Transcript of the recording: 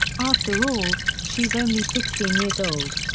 after all, she's only sixteen years old.